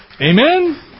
Amen